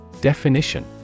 Definition